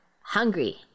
hungry